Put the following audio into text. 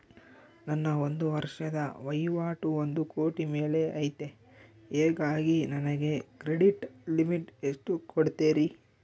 ನನ್ನ ಒಂದು ವರ್ಷದ ವಹಿವಾಟು ಒಂದು ಕೋಟಿ ಮೇಲೆ ಐತೆ ಹೇಗಾಗಿ ನನಗೆ ಕ್ರೆಡಿಟ್ ಲಿಮಿಟ್ ಎಷ್ಟು ಕೊಡ್ತೇರಿ?